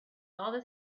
all